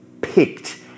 picked